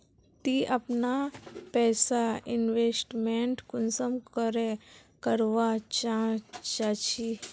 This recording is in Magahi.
ती अपना पैसा इन्वेस्टमेंट कुंसम करे करवा चाँ चची?